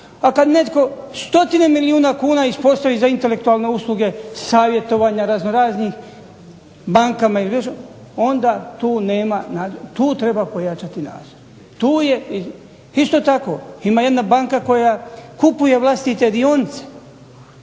a kada netko 100 milijuna kuna ispostavi za intelektualne usluge, savjetovanja razno raznih, onda tu nema, tu treba pojačati nadzor. Isto tako ima jedna banka koja kupuje vlastite dionice